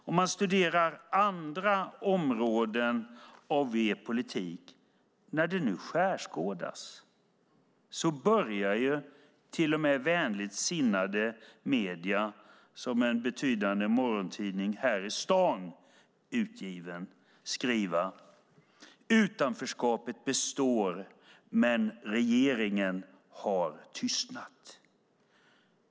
Om man studerar andra områden av er politik, när den nu skärskådas, ser man att till och med vänligt sinnade medier, som en betydande morgontidning utgiven här i staden, skriver: "Utanförskapet består - men regeringen har tystnat."